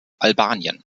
albanien